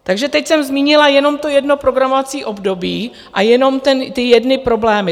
Takže teď jsem zmínila jenom to jedno programovací období a jenom ty jedny problémy.